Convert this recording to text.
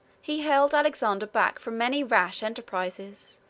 he held alexander back from many rash enterprises,